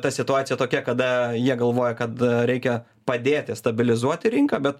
ta situacija tokia kada jie galvoja kad reikia padėti stabilizuoti rinką bet